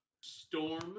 Storm